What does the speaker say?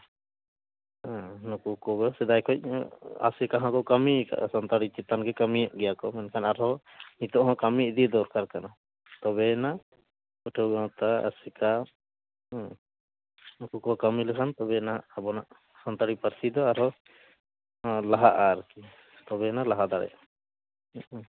ᱦᱮᱸ ᱱᱩᱠᱩ ᱠᱚᱜᱮ ᱥᱮᱫᱟᱭ ᱠᱷᱚᱡ ᱟᱥᱮᱠᱟ ᱦᱚᱸᱠᱚ ᱠᱟᱹᱢᱤᱭᱟᱠᱟᱫᱟ ᱥᱟᱱᱛᱟᱲᱤ ᱪᱮᱛᱟᱱ ᱜᱮ ᱠᱟᱹᱢᱤᱭᱮᱫ ᱜᱮᱭᱟ ᱠᱚ ᱢᱮᱱᱠᱷᱟᱱ ᱟᱨᱦᱚᱸ ᱱᱤᱛᱳᱜ ᱦᱚᱸ ᱠᱟᱹᱢᱤ ᱤᱫᱤ ᱫᱤᱨᱠᱟᱨ ᱠᱟᱱᱟ ᱛᱚᱵᱮᱭᱮᱱᱟ ᱯᱟᱹᱴᱷᱣᱟᱹ ᱜᱟᱶᱛᱟ ᱟᱥᱮᱠᱟ ᱦᱩᱸ ᱱᱩᱠᱩ ᱠᱚ ᱠᱟᱹᱢᱤ ᱞᱮᱠᱷᱟᱱ ᱛᱚᱵᱮᱭᱮᱱᱟ ᱟᱵᱚᱱᱟᱜ ᱥᱟᱱᱛᱟᱲᱤ ᱯᱟᱹᱨᱥᱤ ᱫᱚ ᱟᱨᱦᱚᱸ ᱱᱚᱣᱟ ᱞᱟᱦᱟᱜᱼᱟ ᱟᱨᱠᱤ ᱛᱚᱵᱮᱭᱮᱱᱟ ᱞᱟᱦᱟ ᱫᱟᱲᱮᱭᱟᱜᱼᱟ